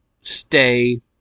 stay